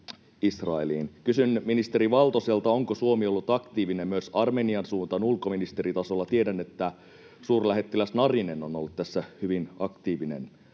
Kysyn ministeri Valtoselta, onko Suomi ollut aktiivinen myös Armenian suuntaan ulkoministeritasolla. Tiedän, että suurlähettiläs Narinen on ollut tässä hyvin aktiivinen.